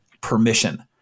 permission